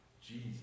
Jesus